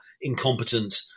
incompetent